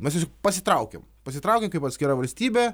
mes tiesiog pasitraukiam pasitraukiam kaip atskira valstybė